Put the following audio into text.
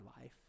life